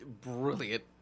brilliant